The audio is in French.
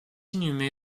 inhumé